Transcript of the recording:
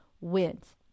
wins